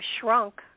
shrunk